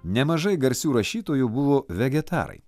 nemažai garsių rašytojų buvo vegetarai